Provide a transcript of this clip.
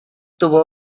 tuvo